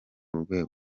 rwego